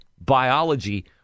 biology